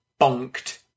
bonked